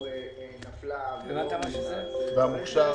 ואיפשהו נפלה ולא --- והמוכש"ר?